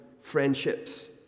friendships